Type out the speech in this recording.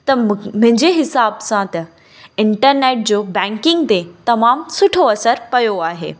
त म मुंहिंजे हिसाब सां त इंटरनेट जो बैंकिंग ते तमामु सुठो असर पयो आहे